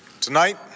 Tonight